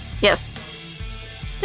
Yes